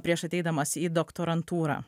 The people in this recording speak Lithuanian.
prieš ateidamas į doktorantūrą